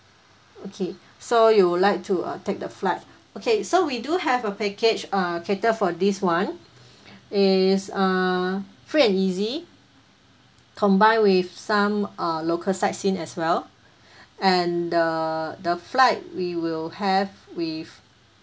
okay so you would like to uh take the flight okay so we do have a package err cater for this one it's err free and easy combine with some uh local sightseeing as well and the the flight we will have with